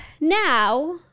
now